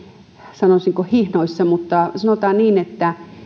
sanoisinko hihnoissa mutta sanotaan niin että